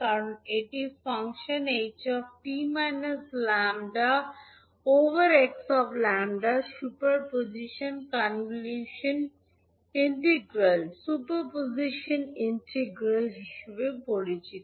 কারণ এটি function ℎ 𝑡 𝜆 over 𝑥 𝜆 এরও সুপার পজিশন কনভলিউশন ইন্টিগ্রালকে সুপার পজিশন ইন্টিগ্রাল হিসাবেও পরিচিত